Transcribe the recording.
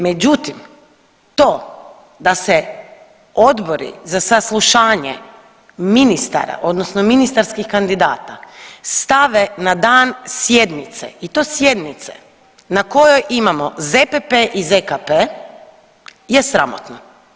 Međutim, to da se odbori za saslušanje ministara, odnosno ministarskih kandidata stave na dan sjednice i to sjednice na kojoj imamo ZPP i ZKP je sramotno.